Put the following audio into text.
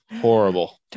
horrible